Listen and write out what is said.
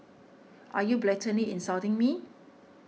are you blatantly insulting me